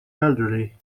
elderly